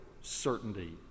certainty